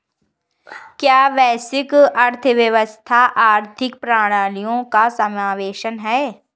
क्या वैश्विक अर्थव्यवस्था आर्थिक प्रणालियों का समावेशन है?